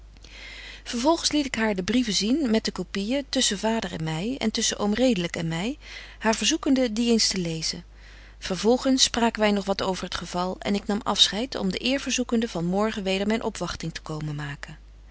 vervolgens liet ik haar de brieven zien met de copyen tusschen vader en my en tusschen oom redelyk en my haar verzoekende die eens te lezen vervolgens spraken wy nog wat over het geval en ik nam afscheid om de eer verzoekende van morgen weder myn opwagting te komen maken